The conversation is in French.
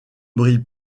brille